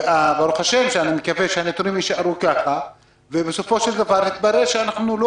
אני מקווה שהנתונים יישארו כמו שהם עכשיו,